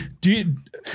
Dude